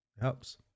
helps